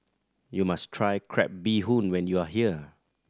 you must try crab bee hoon when you are here